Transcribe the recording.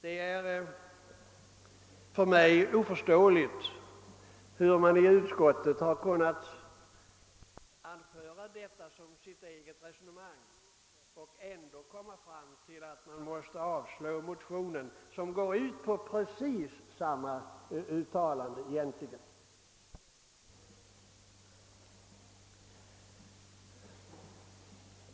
Det är för mig oförståeligt hur utskottet har kunnat anföra detta som sitt eget resonemang och ändå avstyrka motionen, som egentligen går ut på precis samma uttalande.